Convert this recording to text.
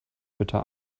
bitte